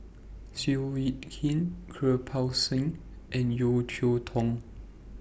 Seow Yit Kin Kirpal Singh and Yeo Cheow Tong